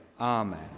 Amen